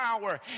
power